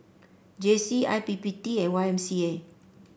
J C I P P T and Y M C A